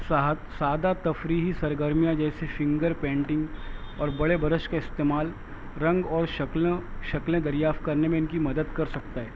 صاحب سادہ تفریحی سرگرمیاں جیسے فنگر پینٹنگ اور بڑے برش کے استعمال رنگ اور شکلوں شکلیں دریافت کرنے میں ان کی مدد کر سکتا ہے